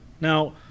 now